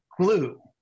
glue